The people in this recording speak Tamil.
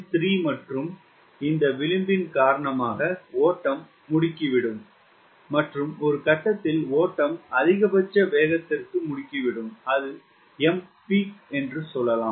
3 மற்றும் இந்த விளிம்பின் காரணமாக ஓட்டம் முடுக்கிவிடும் மற்றும் ஒரு கட்டத்தில் ஓட்டம் அதிகபட்ச வேகத்திற்கு முடுக்கிவிடும் அது Mpeak என்று சொல்லலாம்